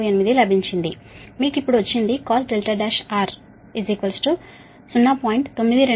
9238 లభించింది మీకు ఇప్పుడు వచ్చింది Cos R1 0